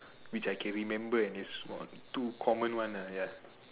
which I can remember and it's for two common one ah ya